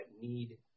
need